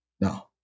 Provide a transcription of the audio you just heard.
No